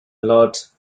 lot